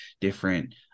different